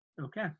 Okay